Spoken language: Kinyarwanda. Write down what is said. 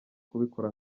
kubikora